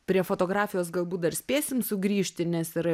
prie fotografijos galbūt dar spėsim sugrįžti nes yra